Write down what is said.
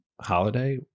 holiday